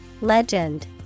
Legend